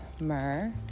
myrrh